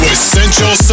Essential